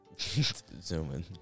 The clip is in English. zooming